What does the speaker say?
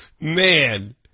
Man